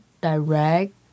direct